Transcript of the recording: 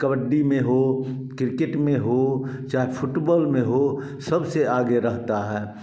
कबड्डी में हो किर्केट में हो चाहे फुटबॉल में हो सबसे आगे रहता है